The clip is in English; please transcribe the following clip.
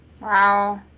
Wow